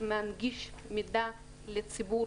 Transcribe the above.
להנגיש מידע לציבור